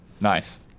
Nice